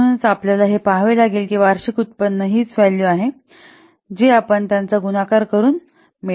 म्हणून आपल्याला हे पहावे लागेल की वार्षिक उत्पन्न हीच व्हॅल्यू आहे जी आपण त्यांचा गुणाकार करूया